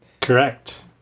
Correct